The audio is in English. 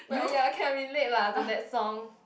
but ya can relate lah to that song